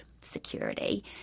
security